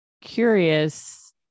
Curious